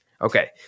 Okay